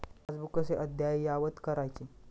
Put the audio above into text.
Passbook कसे अद्ययावत करायचे?